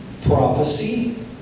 prophecy